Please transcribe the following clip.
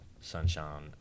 Sunshine